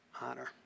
honor